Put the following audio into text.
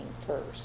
first